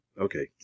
Okay